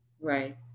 Right